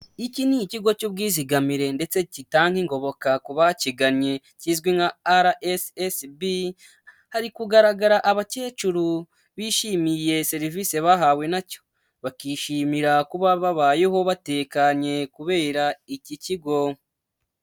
Iki ni ikigo cy'ubwizigamire ndetse kitanga ingoboka ku bakigannye kizwi nka RSSB, hari kugaragara abakecuru bishimiye serivise bahawe nacyo, bakishimira kuba babayeho batekanye kubera iki kigo.